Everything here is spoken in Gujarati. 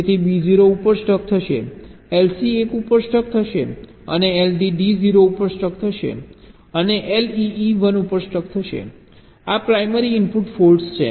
તેથી B 0 ઉપર સ્ટક થશે LC 1 ઉપર સ્ટક થશે અને LD D 0 ઉપર સ્ટક થશે અને LE E 1 ઉપર સ્ટક થશે આ પ્રાઇમરી ઇનપુટ ફોલ્ટ્સ છે